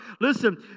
Listen